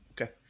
Okay